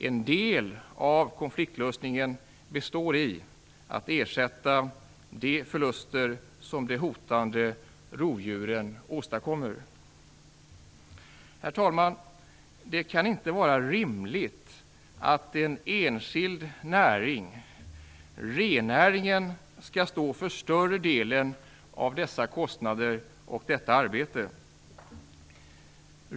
En del av konfliktlösningen består i att ersätta de förluster som de hotande rovdjuren åstadkommer. Herr talman! Det kan inte vara rimligt att en enskild näring, rennäringen, skall stå för större delen av dessa kostnader och detta arbete.